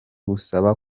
gusaba